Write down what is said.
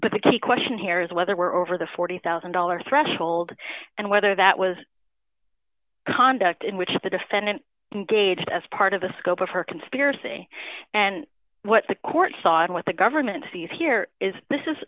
but the key question here is whether we're over the forty thousand dollars threshold and whether that was conduct in which the defendant engaged as part of the scope of her conspiracy and what the court saw and what the government sees here is this is